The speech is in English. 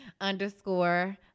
underscore